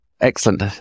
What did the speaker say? Excellent